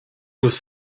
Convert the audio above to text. was